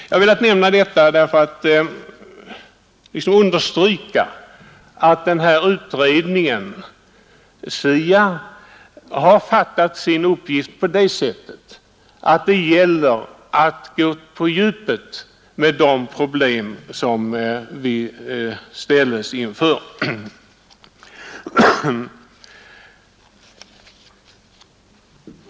— Jag har velat nämna detta för att understryka att utredningen, SIA, har fattat sin uppgift på det sättet att det gäller att gå på djupet med de problem som vi ställs inför.